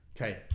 Okay